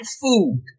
food